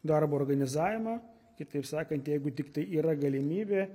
darbo organizavimą kitaip sakant jeigu tiktai yra galimybė